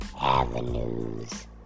avenues